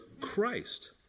Christ